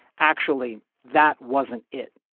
actually that wasn't it